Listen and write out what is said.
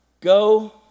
Go